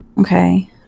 Okay